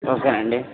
ఓకేనండి